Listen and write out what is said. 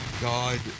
God